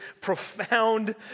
profound